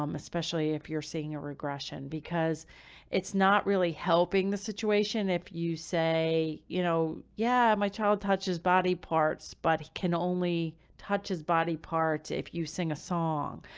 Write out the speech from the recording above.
um especially if you're seeing a regression because it's not really helping the situation if you say you know, yeah, my child touches body parts, but he can only touch his body parts if you sing a song,